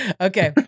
Okay